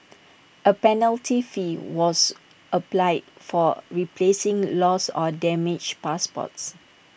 A penalty fee was applies for replacing lost or damaged passports